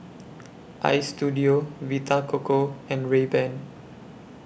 Istudio Vita Coco and Rayban